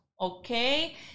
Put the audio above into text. okay